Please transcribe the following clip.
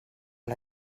amb